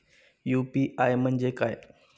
UPI म्हणजे काय?